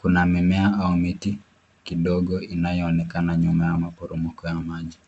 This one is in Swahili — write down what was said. Kuna mimea au miti kidogo inayoonekana nyuma ya maporomoko ya maji.